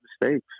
mistakes